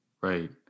right